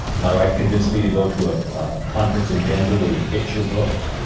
my wife convinced me to go to a conference in denver where you pitch your books.